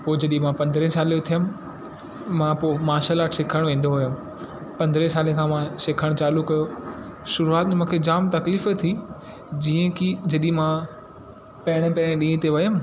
पोइ जॾहिं मां पंद्रहें साल जो थियमि मां पोइ मार्शल आट्स सिखण वेंदो हुअमि पंद्रहें साल खां मां सिखण चालू कयो शुरूआत में मूंखे जाम तकलीफ़ थी जीअं की जॾहिं मां पहिरीं पहिरीं ॾींहं ते वियमि